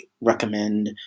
recommend